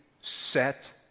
set